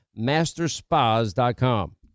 masterspas.com